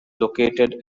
located